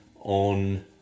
on